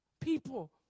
people